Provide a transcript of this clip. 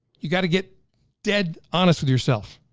you gotta get dead, honest with yourself.